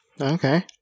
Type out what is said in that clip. Okay